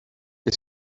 est